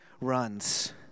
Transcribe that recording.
runs